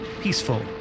peaceful